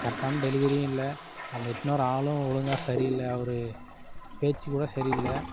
கரெக்டான டெலிவரியும் இல்லை அந்த எடுத்துன்னு வர ஆளும் ஒழுங்காக சரியில்லை அவர் பேச்சு கூட சரியில்லை